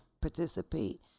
participate